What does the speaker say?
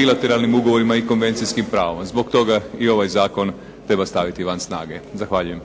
bilateralnim ugovorima i konvencijskim pravom. Zbog toga i ovaj zakon treba staviti van snage. Zahvaljujem.